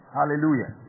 Hallelujah